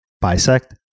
bisect